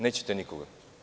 Nećete nikoga.